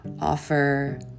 offer